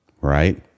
right